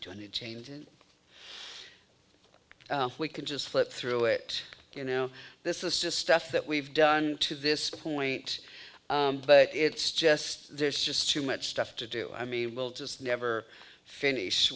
any change in we can just flip through it you know this is just stuff that we've done to this point but it's just there's just too much stuff to do i mean we'll just never finish